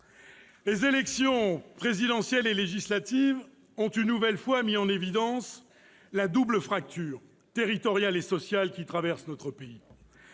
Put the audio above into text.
Les élections présidentielles et législatives ont une nouvelle fois mis en évidence la double fracture, territoriale et sociale, qui traverse notre pays.